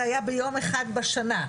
זה היה ביום אחד בשנה.